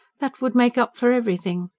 that would make up for everything.